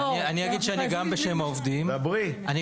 אז אני אגיד שאני גם בשם העובדים; גם בשם